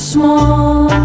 Small